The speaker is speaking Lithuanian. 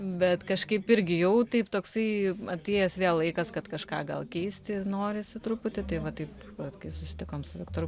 bet kažkaip irgi jau taip toksai atėjęs vėl laikas kad kažką gal keisti norisi truputį tai va taip vat kai susitikom su viktoru